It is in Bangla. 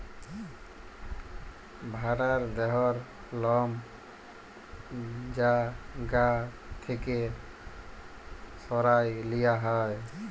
ভ্যারার দেহর লম যা গা থ্যাকে সরাঁয় লিয়া হ্যয়